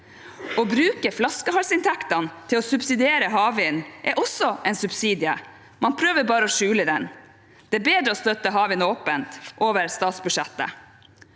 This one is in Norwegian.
Å bruke flaskehalsinntektene til å subsidiere havvind er også en subsidie, man prøver bare å skjule den. Det er bedre å støtte havvind åpent over statsbudsjettet.